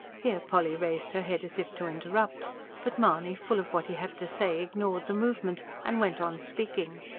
here polly raised her head as if to interrupt but mahony, full of what he had to say, ignored the movement, and went on speaking.